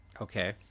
Okay